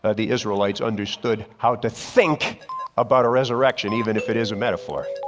ah the israelites understood how to think about a resurrection even if it is a metaphor.